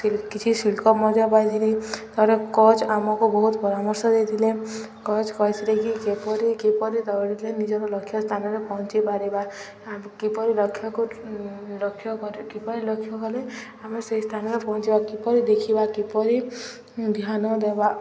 କିଛି ଶିଳ୍ପ ମଜା ପାଇଥିଲି ତା'ପରେ କୋଚ୍ ଆମକୁ ବହୁତ ପରାମର୍ଶ ଦେଇଥିଲେ କୋଚ୍ କହିଥିଲେ କି କିପରି କିପରି ଦୌଡ଼ିଲେ ନିଜର ଲକ୍ଷ୍ୟ ସ୍ଥାନରେ ପହଞ୍ଚିପାରିବା କିପରି ଲକ୍ଷ୍ୟକୁ ଲକ୍ଷ୍ୟ କିପରି ଲକ୍ଷ୍ୟ କଲେ ଆମେ ସେଇ ସ୍ଥାନରେ ପହଞ୍ଚିବା କିପରି ଦେଖିବା କିପରି ଧ୍ୟାନ ଦେବା